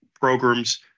programs